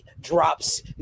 drops